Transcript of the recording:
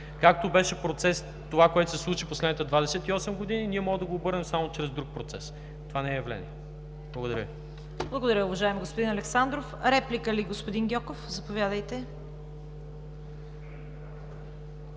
Както беше процес това, което се случи в последните 28 години. Ние можем да го обърнем само чрез друг процес. Това не е явление. Благодаря Ви. ПРЕДСЕДАТЕЛ ЦВЕТА КАРАЯНЧЕВА: Благодаря, уважаеми господин Александров. Реплика ли, господин Гьоков? Заповядайте.